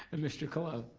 ah mr colon?